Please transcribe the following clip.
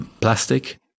plastic